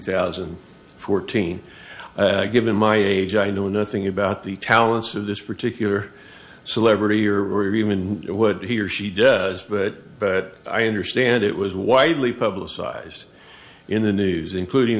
thousand and fourteen given my age i know nothing about the talents of this particular celebrity or or even what he or she does but i understand it was widely publicized in the news including